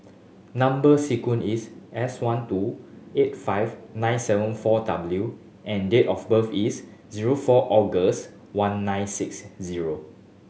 number sequence is S one two eight five nine seven four W and date of birth is zero four August one nine six zero